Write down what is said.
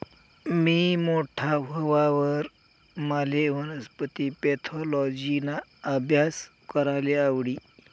मी मोठा व्हवावर माले वनस्पती पॅथॉलॉजिना आभ्यास कराले आवडी